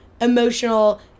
emotional